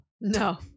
No